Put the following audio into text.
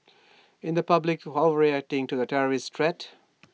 in the public overreacting to the terrorist threat